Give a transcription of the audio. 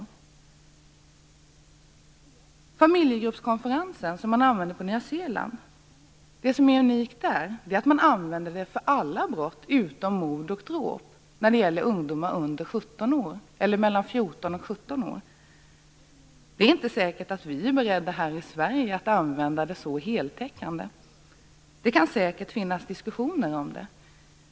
Det som är unikt för familjegruppskonferensen som man använder i Nya Zeeland är att man använder den för alla brott utom mord och dråp när det gäller ungdomar mellan 14 och 17 år. Det är inte säkert att vi här i Sverige är beredda att använda den så heltäckande. Det kan säkert finnas diskussioner om det.